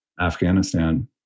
Afghanistan